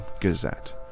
Gazette